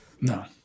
No